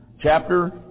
chapter